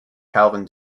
calvin